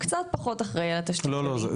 פחות אחראי על התשתית שלי״.